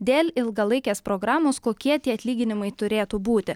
dėl ilgalaikės programos kokie tie atlyginimai turėtų būti